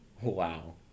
wow